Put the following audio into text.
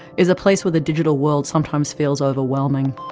is a place where the digital world sometimes feels overwhelming.